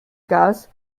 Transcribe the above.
gas